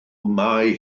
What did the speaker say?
mae